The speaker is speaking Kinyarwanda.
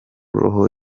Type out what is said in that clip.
roho